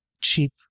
cheap